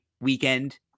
weekend